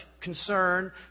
concern